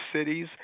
cities